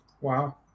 Wow